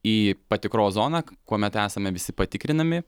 į patikros zoną kuomet esame visi patikrinami